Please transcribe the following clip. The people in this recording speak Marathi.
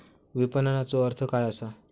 विपणनचो अर्थ काय असा?